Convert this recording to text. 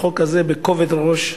לחוק הזה בכובד ראש,